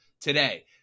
today